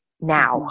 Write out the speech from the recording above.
now